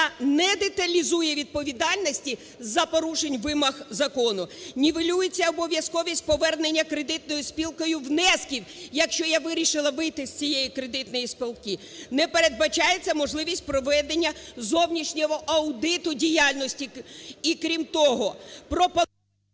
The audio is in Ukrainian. не деталізує відповідальності за порушення вимог закону. Нівелюється обов'язковість повернення кредитною спілкою внесків, якщо я вирішила вийти з цієї кредитної спілки. Не передбачається можливість проведення зовнішнього аудиту діяльності. І крім того… ГОЛОВУЮЧИЙ.